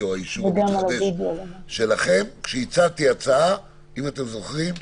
אם אתם זוכרים,